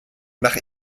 nach